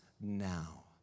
now